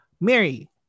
Mary